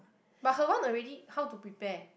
but her one already how to prepare